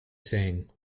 saying